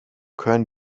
können